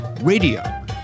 radio